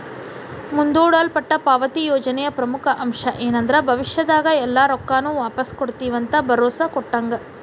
ಮುಂದೂಡಲ್ಪಟ್ಟ ಪಾವತಿ ಯೋಜನೆಯ ಪ್ರಮುಖ ಅಂಶ ಏನಂದ್ರ ಭವಿಷ್ಯದಾಗ ಎಲ್ಲಾ ರೊಕ್ಕಾನು ವಾಪಾಸ್ ಕೊಡ್ತಿವಂತ ಭರೋಸಾ ಕೊಟ್ಟಂಗ